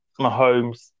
Mahomes